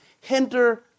hinder